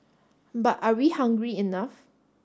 but are we hungry enough